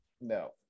No